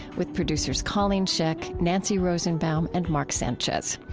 with producers colleen scheck, nancy rosenbaum, and marc sanchez.